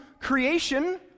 creation